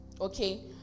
Okay